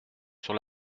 sur